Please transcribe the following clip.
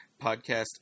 podcast